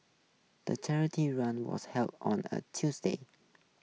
the charity run was held on a Tuesday